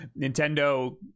Nintendo